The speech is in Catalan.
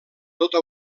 tota